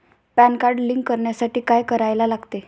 Pan card link करण्यासाठी काय करायला लागते?